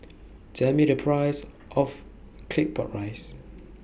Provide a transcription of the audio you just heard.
Tell Me The Price of Claypot Rice